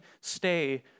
stay